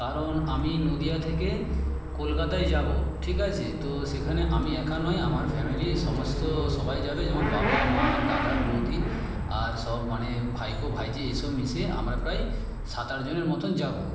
কারণ আমি নদিয়া থেকে কলকাতায় যাব ঠিক আছে তো সেখানে আমি একা নয় আমার ফ্যামিলির সমস্ত সবাই যাবে যেমন বাবা মা দাদা বৌদি আর সব মানে ভাইপো ভাইঝি এই সব মিশিয়ে আমরা প্রায় সাত আটজনের মতন যাব